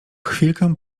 chwilkę